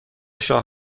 شاه